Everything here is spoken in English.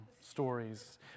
stories